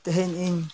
ᱛᱮᱦᱮᱧ ᱤᱧ